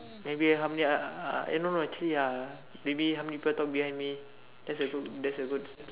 maybe how many I uh eh no no actually ya maybe how many people talk behind me that's a good that's a good